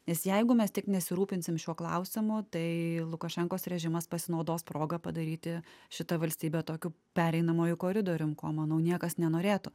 nes jeigu mes tik nesirūpinsim šiuo klausimu tai lukašenkos režimas pasinaudos proga padaryti šitą valstybę tokiu pereinamuoju koridorium ko manau niekas nenorėtų